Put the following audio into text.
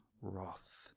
wrath